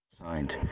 Signed